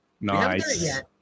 Nice